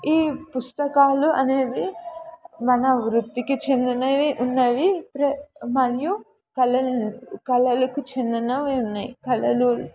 ఈ పుస్తకాలు అనేవి మన వృత్తికి చెందినవి ఉన్నాయి ప్ర మరియు కళలు కళలకు చెందనవి ఉన్నాయి కళలు